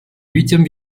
huitième